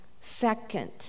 second